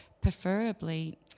preferably